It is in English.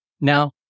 Now